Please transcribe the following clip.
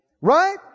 Right